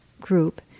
group